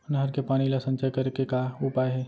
नहर के पानी ला संचय करे के का उपाय हे?